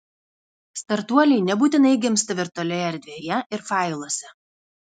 startuoliai nebūtinai gimsta virtualioje erdvėje ir failuose